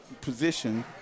position